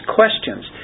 questions